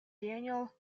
daniel